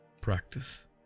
practice